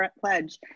pledge